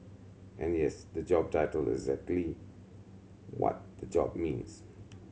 and yes the job title is exactly what the job means